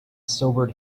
sobered